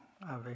avec